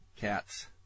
cats